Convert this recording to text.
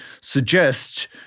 suggest